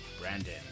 Brandon